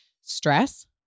stress